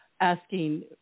asking